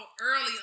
early